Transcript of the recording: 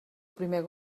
primer